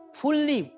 fully